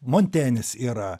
montenis yra